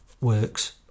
works